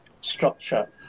structure